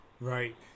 Right